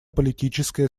политическая